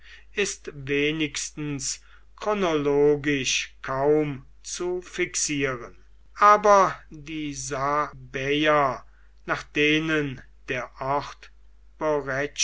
ist wenigstens chronologisch kaum zu fixieren aber die sabäer nach denen der ort